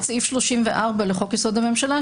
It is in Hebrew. את סעיף 34 לחוק-יסוד: הממשלה,